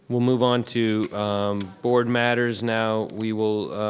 we'll move onto board matters now, we will.